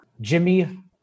Jimmy